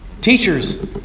teachers